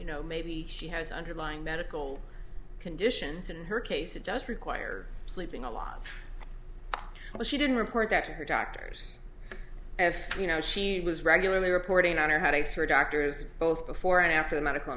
you know maybe she has underlying medical conditions in her case that just require sleeping a lot well she didn't report that to her doctors if you know she was regularly reporting on her headaches her doctors both before and after the medical